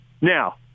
Now